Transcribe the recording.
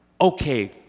Okay